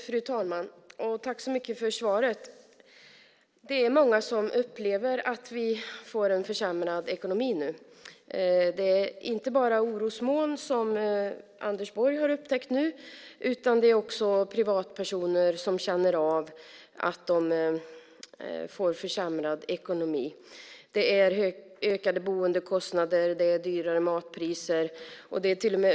Fru talman! Tack så mycket för svaret. Det är många som upplever att vi nu får en försämrad ekonomi. Det är inte bara fråga om de orosmoln som Anders Borg har upptäckt nu, utan också privatpersoner känner av att de får en försämrad ekonomi. Det är ökade boendekostnader och dyrare matpriser.